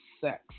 sex